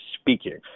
speaking